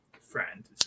friend